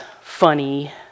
funny